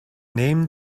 name